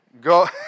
Go